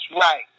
right